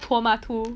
托马图